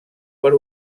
per